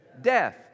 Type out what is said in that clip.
death